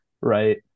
right